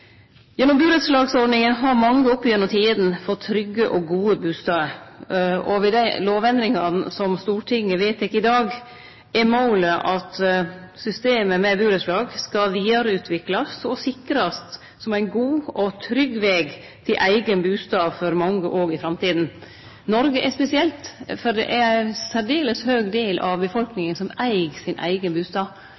Gjennom burettslagsordninga har mange opp gjennom tidene fått trygge og gode bustader. Ved dei lovendringane som Stortinget vedtek i dag, er målet at systemet med burettslag skal vidareutviklast og sikrast som ein god og trygg veg til eigen bustad for mange òg i framtida. Noreg er spesielt, for det er ein særdeles høg del av